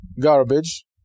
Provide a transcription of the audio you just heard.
garbage